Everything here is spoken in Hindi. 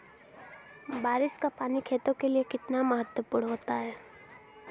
बारिश का पानी खेतों के लिये कितना महत्वपूर्ण होता है?